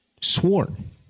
sworn